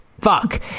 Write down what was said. fuck